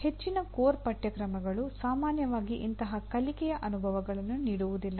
ಹೆಚ್ಚಿನ ಕೋರ್ ಪಠ್ಯಕ್ರಮಗಳು ಸಾಮಾನ್ಯವಾಗಿ ಇಂತಹ ಕಲಿಕೆಯ ಅನುಭವಗಳನ್ನು ನೀಡುವುದಿಲ್ಲ